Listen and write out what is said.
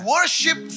Worship